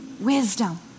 wisdom